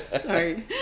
Sorry